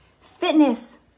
Fitness